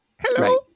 Hello